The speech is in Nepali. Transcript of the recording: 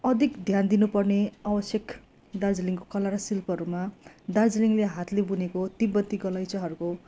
अधिक ध्यान दिनु पर्ने आवश्यक दार्जिलिङको कला र शिल्पहरूमा दार्जिलिङले हातले बुनेको तिब्बती गलैँचाहरूको